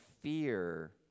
fear